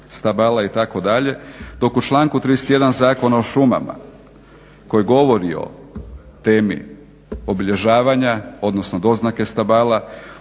stabala itd." Dok u članku 31. Zakona o šumama koji govori: "O temi obilježavanja, odnosno doznake stabala,